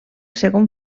segon